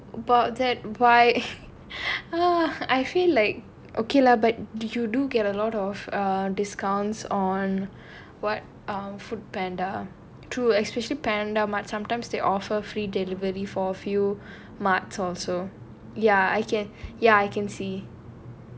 so about that why I feel like okay lah but do you do get a lot of err discounts on what FoodPanda true especially PandaMART sometimes they offer free delivery for a few months also ya I can ya I can see